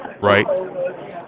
Right